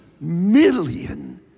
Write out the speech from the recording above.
million